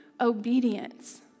obedience